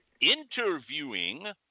interviewing